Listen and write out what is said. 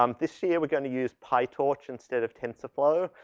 um this year we're gonna use pytorch instead of tensorflow,